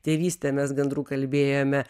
tėvystę mes gandrų kalbėjome